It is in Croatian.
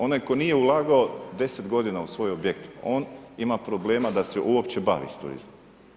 Onaj tko nije ulagao 10 godina u svoj objekt, on ima problema da se uopće bavi s turizmom.